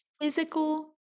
physical